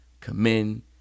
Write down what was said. commend